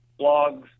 blogs